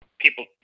People